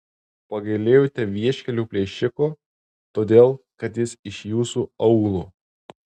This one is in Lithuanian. pagailėjote vieškelių plėšiko todėl kad jis iš jūsų aūlo